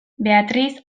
beatriz